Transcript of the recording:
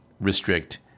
restrict